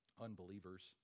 Unbelievers